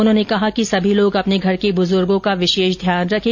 उन्होंने कहा कि सभी लोग अपने घर के बुजुर्गो का विशेष ध्यान रखें